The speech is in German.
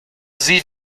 sie